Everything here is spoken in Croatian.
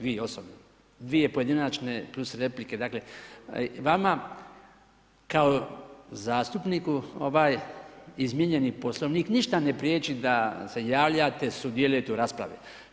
Vi osobno, dvije pojedinačne, plus replike, dakle i vama kao zastupniku ovaj izmijenjeni Poslovnik ništa ne priječi da se javljate, sudjelujete u raspravi.